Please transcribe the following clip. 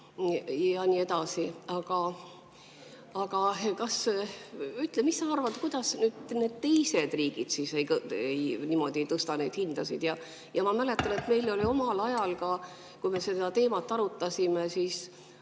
ja nii edasi. Aga ütle, mis sa arvad, kuidas need teised riigid siis niimoodi ei tõsta neid hindasid. Ma mäletan, et omal ajal, kui me seda teemat arutasime, oli